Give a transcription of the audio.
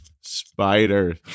spider